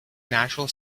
natural